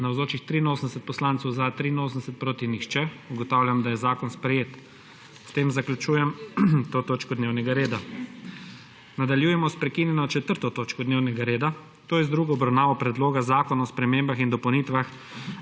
nihče. (Za je glasovalo 83.) (Proti nihče.) Ugotavljam, da je zakon sprejet. S tem zaključujem to točko dnevnega reda. Nadaljujemo s prekinjeno 4. točko dnevnega reda, to je z drugo obravnavo Predloga zakona o spremembah in dopolnitvi